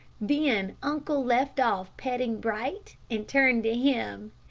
then uncle left off petting bright, and turned to him.